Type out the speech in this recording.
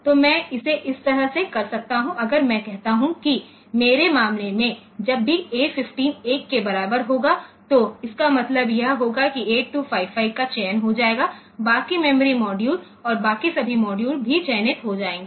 तो मैं इसे इस तरह से कर सकता हूँ अगर मैं कहता हूं कि मेरे मामले में जब भी A15 1 के बराबर होगा तो इसका मतलब यह होगा कि 8255 का चयन हो जाएगा बाकी मेमोरी मॉड्यूल और बाकी सभी मॉड्यूलभी चयनित हो जाएंगे